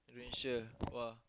Indonesia !wah!